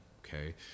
Okay